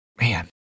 man